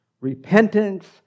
repentance